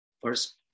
First